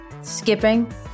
skipping